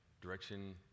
direction